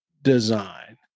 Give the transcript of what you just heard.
design